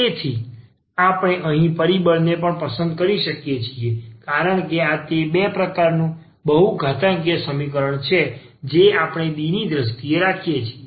તેથી આપણે અહીં પરિબળને પણ પસંદ કરી શકીએ છીએ કારણ કે આ તે એક પ્રકારનું બહુ ઘાતાંકીય સમીકરણ છે જે આપણે D ની દ્રષ્ટિએ રાખીએ છીએ